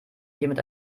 jemand